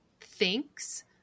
thinks